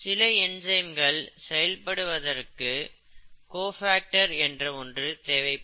சில என்சைம்கள் செயல்படுவதற்கு கோபேக்டர் என்ற ஒன்று தேவைப்படும்